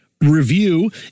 Review